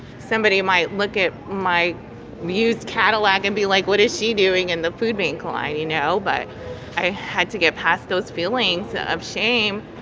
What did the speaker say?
somebody might look at my used cadillac and be like, what is she doing in the food bank line, you know? but i had to get past those feelings of shame.